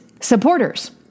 supporters